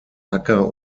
acker